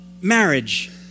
marriage